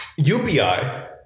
UPI